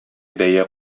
бәя